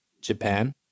Japan